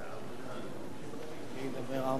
אני אדבר ארבע דקות,